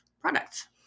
products